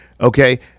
okay